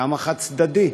למה חד-צדדי?